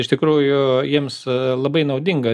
iš tikrųjų jiems labai naudinga